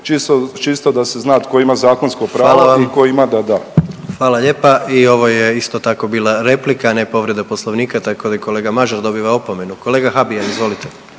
i tko ima da da. **Jandroković, Gordan (HDZ)** Hvala lijepa. I ovo je isto tako bila replika, ne povreda Poslovnika tako da i kolega Mažar dobiva opomenu. Kolega Habijan, izvolite.